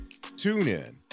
TuneIn